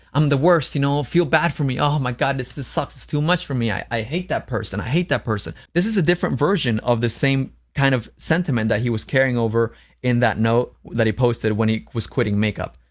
i'm the worst, you know, ah feel bad for me, oh my god, this this sucks, it's too much for me, i i hate that person, i hate that person, this is a different version of the same kind of sentiment that he was carrying over in that note that he posted when he was quitting makeup,